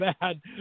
bad